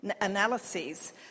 analyses